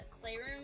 playroom